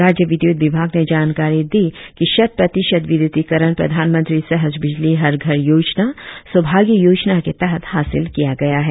राज्य विद्युत विभाग ने जानकारी दी की शत प्रतिशत विद्युतीकरण प्रधान मंत्री सहज बिजली हर घर योजना सौभाग्य योजना के तहत हासिल किया गया है